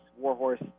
Warhorse